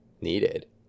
needed